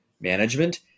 management